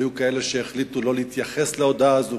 והיו כאלה שהחליטו שלא להתייחס להודעה הזאת,